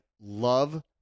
love